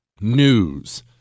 news